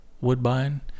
Woodbine